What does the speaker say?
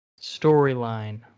storyline